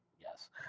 Yes